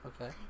Okay